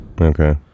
Okay